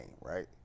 right